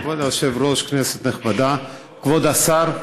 היושב-ראש, כנסת נכבדה, כבוד השר,